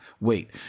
wait